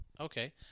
Okay